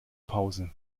pause